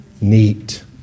neat